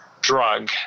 drug